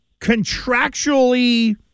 contractually